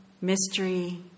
Mystery